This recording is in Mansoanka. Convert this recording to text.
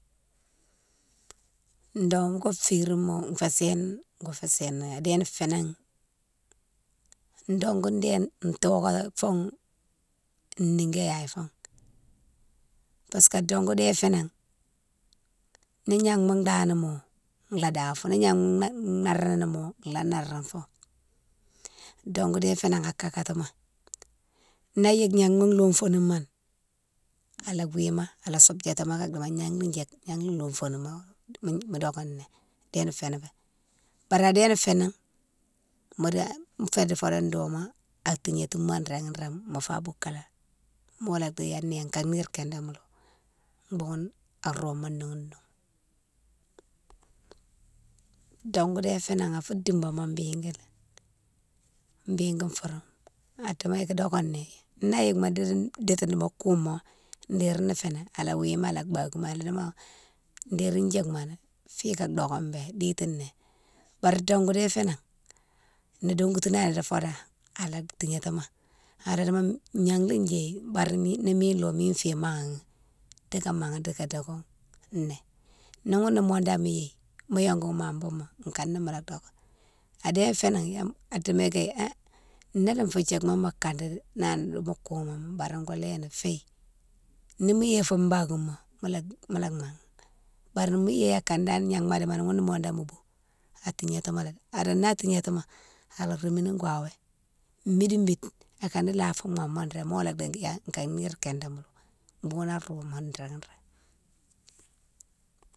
Dongou férine ma fé séne go fo séne adéne fénan dongou déne ntoké fou nigé yaye fan parce que dongou dé fénan ni gnama ndanimo lo ndafo, ni gnama naramo la narafo, don gou dé fénan akakatimo ni yike gnama lome fanimoni ala gouimo ala soubdiatimo alaka dimo gnané djike gnané lome fani mo, mo doké né, adéne fanan fo, bari adéné fénan modi fedi fodo doma a tignétimo ring ring mofa boukalé mola di gnané ka nire kindémalo boughounne a romo noughounne noung. Dongou dé fénan a fé dibamo bigui foré, adimo yiki déko néyan, na yike mo dekdi mo féni diti mo koume dérine no féni ala gouimo ala bakimoni, ala dimo dérine djike moni fi ka doké bé, détine né, bari dongou dé fénan no dongoutina ni di fodo ala tignatimo ala dimo gnag lé djéyi bari ni milo mine féyi maghaghi, dika maghé dika doké ni, ni mounné mo dane mo yéye mo yongou ma bougma kané mola doké, adé fénan adini ki ha nélé fé djikmo mo kandi néyan dimo koumoma bari go léni fi, ni mo yéye fou bankima mola maghé bari mo yéye akane dane gnama dimo ni mounné mo dane mo bou, atignatimo lé, handou na tignatimo ala rémini gouwawé, midi mide akane la fé momo ring mola la di ya ka nire kindé ma bougane rome mo ring ring.